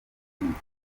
twinshi